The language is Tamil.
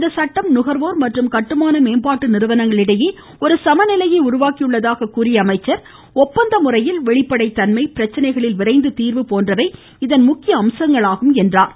இந்த சட்டம் நுகர்வோர் மற்றும் கட்டுமான மேம்பாட்டு நிறுவனங்கள் இடையே ஒரு சமநிலையை உருவாக்கியுள்ளதாக கூறியஅவர் ஒப்பந்த முறையில் வெளிப்படைத்தன்மை பிரச்சனைகளில் விரைந்து தீர்வு போன்றவை இதன் முக்கிய நோக்கமாகும் என்றார்